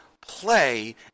play